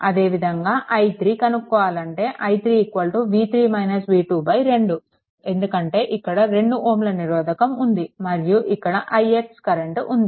అదేవిధంగా i3 కనుక్కోవాలి అంటే i3 2 ఎందుకంటే ఇక్కడ 2 Ω నిరోధకం ఉంది మరియు ఇక్కడ ix కరెంట్ ఉంది